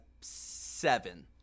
seven